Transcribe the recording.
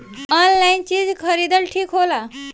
Online चीज खरीदल ठिक होला?